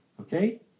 Okay